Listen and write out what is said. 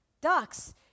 ducks